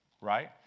Right